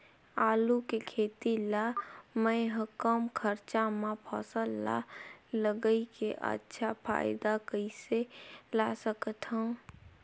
आलू के खेती ला मै ह कम खरचा मा फसल ला लगई के अच्छा फायदा कइसे ला सकथव?